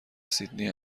سیدنی